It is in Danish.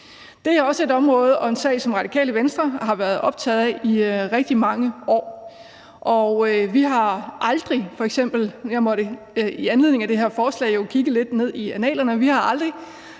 her er også et område og en sag, som Radikale Venstre har været optaget af i rigtig mange år. Jeg måtte i anledning af det her forslag kigge lidt ned i annalerne, og der kunne